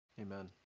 Amen